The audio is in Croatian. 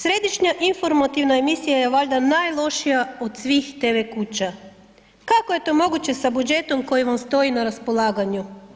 Središnja informativna emisija je valjda najlošija od svih TV kuća, kako je to moguće sa budžetom koji vam stoji na raspolaganju?